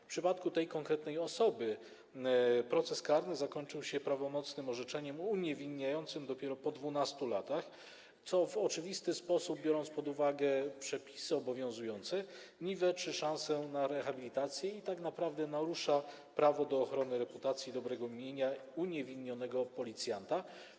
W przypadku tej konkretnej osoby proces karny zakończył się prawomocnym orzeczeniem uniewinniającym dopiero po 12 latach, co w oczywisty sposób, biorąc pod uwagę przepisy obowiązujące, niweczy szansę na rehabilitację i narusza prawo do ochrony reputacji i dobrego imienia uniewinnionego policjanta.